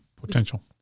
potential